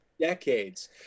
decades